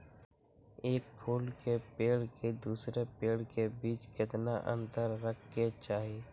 एक फुल के पेड़ के दूसरे पेड़ के बीज केतना अंतर रखके चाहि?